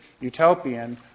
utopian